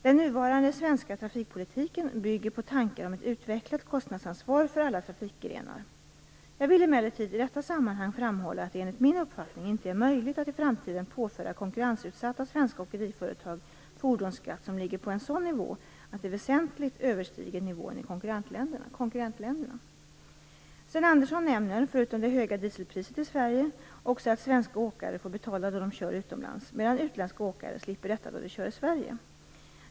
Den nuvarande svenska trafikpolitiken bygger på tankar om ett utvecklat kostnadsansvar för alla trafikgrenar. Jag vill emellertid i detta sammanhang framhålla att det enligt min uppfattning inte är möjligt att i framtiden påföra konkurrensutsatta svenska åkeriföretag fordonsskatt som ligger på en sådan nivå att den väsentligt överstiger nivån i konkurrentländerna. Sten Andersson nämner, förutom det höga dieselpriset i Sverige, också att svenska åkare får betala då de kör utomlands, medan utländska åkare slipper detta då de kör i Sverige.